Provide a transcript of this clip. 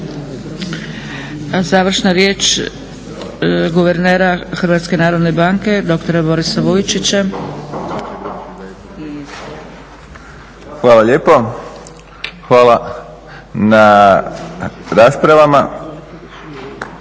Završna riječ guvernera Hrvatske narodne banke doktora Borisa Vujčića. **Vujčić, Boris** Hvala lijepo. Hvala na raspravama.